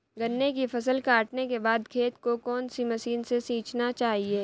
गन्ने की फसल काटने के बाद खेत को कौन सी मशीन से सींचना चाहिये?